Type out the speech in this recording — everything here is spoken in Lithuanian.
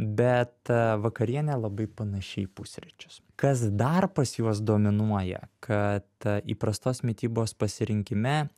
bet vakarienė labai panaši į pusryčius kas dar pas juos dominuoja kad įprastos mitybos pasirinkime